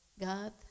God